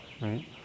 right